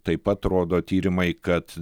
taip pat rodo tyrimai kad